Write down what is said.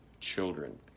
children